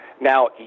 Now